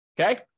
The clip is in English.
Okay